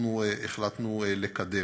אנחנו החלטנו לקדם.